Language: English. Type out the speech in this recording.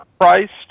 priced